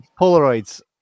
Polaroids